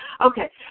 Okay